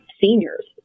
seniors